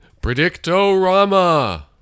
Predictorama